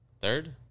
Third